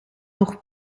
nog